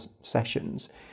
sessions